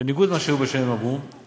בניגוד למה שהיה בשנים עברו,